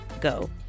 go